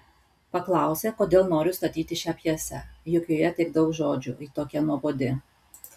paklausė kodėl noriu statyti šią pjesę juk joje tiek daug žodžių ji tokia nuobodi